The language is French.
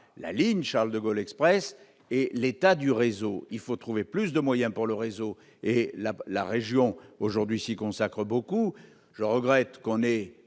la ligne Charles-de-Gaulle Express et l'état du réseau. Il faut trouver plus de moyens pour le réseau, et la région, aujourd'hui, s'y consacre beaucoup. Je regrette qu'on ait